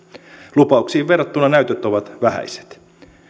lupauksiin verrattuna näytöt ovat vähäiset